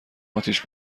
اتیش